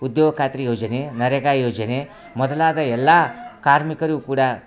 ಉದ್ಯೋಗ ಖಾತ್ರಿ ಯೋಜನೆ ನರೇಗಾ ಯೋಜನೆ ಮೊದಲಾದ ಎಲ್ಲ ಕಾರ್ಮಿಕರಿಗೂ ಕೂಡಾ